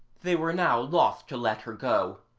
they were now loth to let her go,